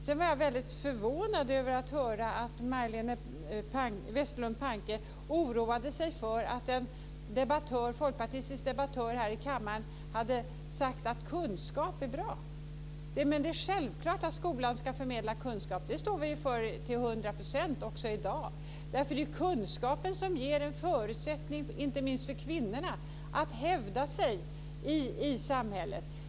Jag var mycket förvånad över att höra att Majléne Westerlund Panke oroade sig för att en folkpartistisk debattör här i kammaren hade sagt att kunskap är bra. Det är självklart att skolan ska förmedla kunskap. Det står vi för till hundra procent också i dag. Det är kunskapen som ger en förutsättning, inte minst för kvinnorna, att hävda sig i samhället.